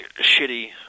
shitty